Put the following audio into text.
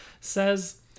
says